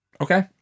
Okay